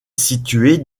située